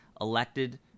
elected